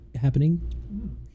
happening